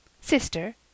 Sister